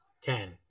Ten